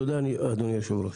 תודה, אדוני היושב-ראש.